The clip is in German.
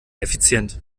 effizient